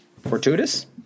Fortuitous